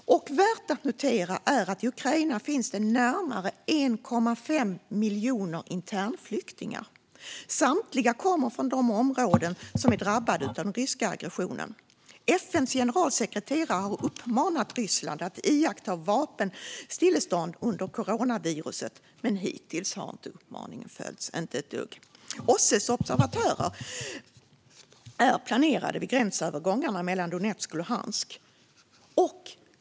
Värt att notera är att i Ukraina finns det närmare 1,5 miljoner internflyktingar. Samtliga kommer från de områden som är drabbade av den ryska aggressionen. FN:s generalsekreterare har uppmanat Ryssland att iaktta vapenstillestånd under coronapandemin, men hittills har uppmaningen inte följts - inte ett dugg. OSSE planerar att ha observatörer vid gränsövergångarna mellan Donetsk och Luhansk.